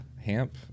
Hamp